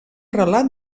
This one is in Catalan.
relat